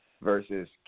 versus